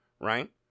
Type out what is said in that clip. right